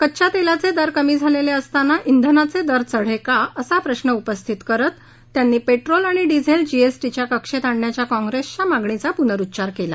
कच्च्या तेलाचे दर कमी झालेले असतानाच ब्रेनाचे दर चढे का असा प्रश्व उपस्थित करत त्यांनी पेट्रोल आणि डिझेल जीएसटीच्या कक्षेत आणण्याच्या काँप्रेसच्या मागणीचा पुनरूच्चार केला